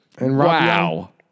Wow